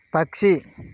పక్షి